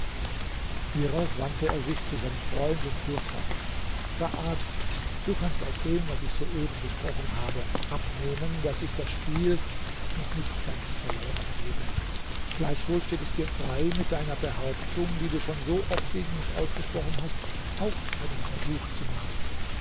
hierauf wandte er sich an seinen freund und fuhr fort saad du kannst aus dem was ich soeben gesprochen habe abnehmen daß ich das spiel noch nicht ganz verloren gebe gleichwohl steht es dir frei mit deiner behauptung die du schon so oft gegen mich ausgesprochen hast auch einen versuch zu machen